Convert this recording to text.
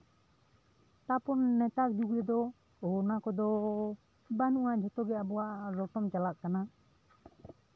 ᱛᱟᱨᱯᱚᱨ ᱱᱮᱛᱟᱨ ᱡᱩᱜᱽ ᱨᱮᱫᱚ ᱚᱱᱟ ᱠᱚᱫᱚ ᱵᱟᱹᱱᱩᱜᱼᱟ ᱡᱷᱚᱛᱚ ᱠᱚᱜᱮ ᱟᱵᱚᱣᱟᱜ ᱞᱚᱴᱚᱢ ᱪᱟᱞᱟᱜ ᱠᱟᱱᱟ